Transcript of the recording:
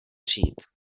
přijít